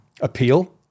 appeal